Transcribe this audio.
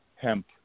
hemp